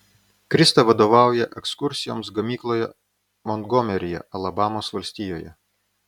krista vadovauja ekskursijoms gamykloje montgomeryje alabamos valstijoje